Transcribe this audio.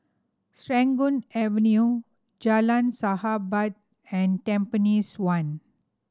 Serangoon Avenue Jalan Sahabat and Tampines One